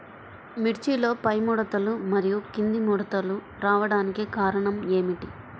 మిర్చిలో పైముడతలు మరియు క్రింది ముడతలు రావడానికి కారణం ఏమిటి?